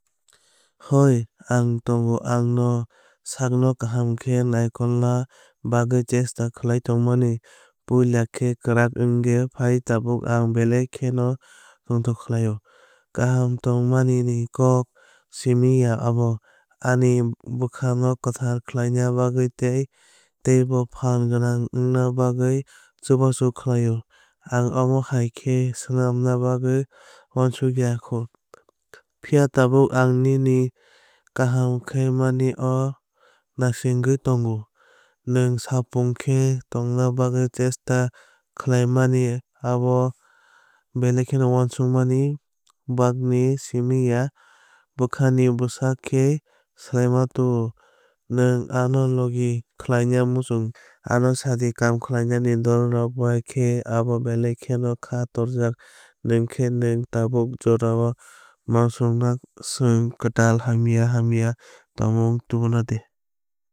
Hoi ani tongo ang no sakno kaham khe naikolna bagwi chesta khlai tongmani. Puila khe kwrak wngkha phiya tabuk ang belai kheno tongthok khlaio. Kaham tongmani ni kok simi ya abo ani bwkha no kwthar khlaina bagwi tei teibo phan gwnang wngna bagwi chubachu khlaio. Ang omo hai khe swnamna bagwui uansukya kho phiya tabuk ang nini kaham khai mani no naisingwui tongo. Nwng sapung khe tongna bagwi chesta khlaimani abo belai kheno uansukmani bakni simi ya bwkhani bwswk khe swlaimung tubuo. Nwng ano logi khwlaina muchung ano sai di kam khlaimani dolrok bai khe abo belai kheno khá torjak. Nwngkhe nwng tabuk jorao mungsa swk kwtal hamya hamya tongmung tubukha de.